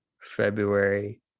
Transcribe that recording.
February